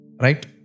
Right